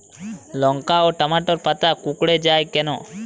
লঙ্কা ও টমেটোর পাতা কুঁকড়ে য়ায় কেন?